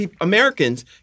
Americans